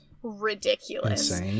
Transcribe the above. ridiculous